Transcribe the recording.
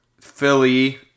Philly